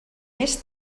més